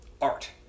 art